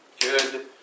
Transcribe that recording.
Good